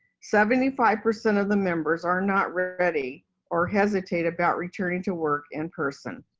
seventy five percent of the members are not ready or hesitate about returning to work in person.